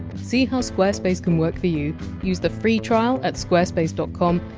see how squarespace can work for you use the free trial at squarespace dot com,